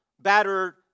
battered